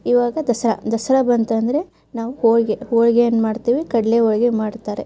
ಈವಾಗ ದಸರಾ ದಸರಾ ಬಂತಂದ್ರೆ ನಾವು ಹೋಳಿಗೆ ಹೋಳಿಗೆ ಏನು ಮಾಡ್ತೇವೆ ಕಡಲೆ ಹೋ ಮಾಡ್ತಾರೆ